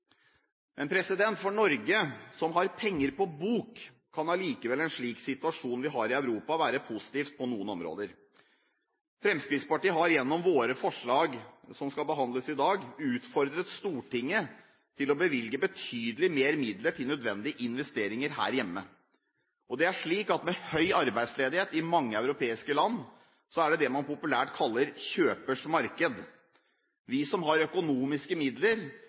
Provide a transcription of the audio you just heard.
For Norge, som har penger på bok, kan allikevel en slik situasjon vi har i Europa, være positiv på noen områder. Vi har gjennom våre forslag, som skal behandles i dag, utfordret Stortinget til å bevilge betydelig mer midler til nødvendige investeringer her hjemme. Og det er slik at med høy arbeidsledighet i mange europeiske land er det det man populært kaller kjøpers marked. Vi som har økonomiske midler,